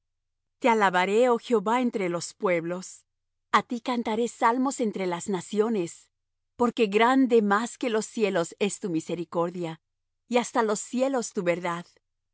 te alabaré oh jehová entre los pueblos a ti cantaré salmos entre las naciones porque grande más que los cielos es tu misericordia y hasta los cielos tu verdad